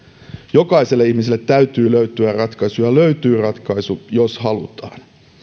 jokaiselle ihmiselle täytyy löytyä ratkaisu ja löytyy ratkaisu jos halutaan